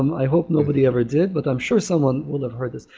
um i hope nobody ever did, but i'm sure someone will have heard this.